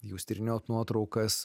jūs tyrinėjot nuotraukas